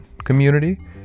community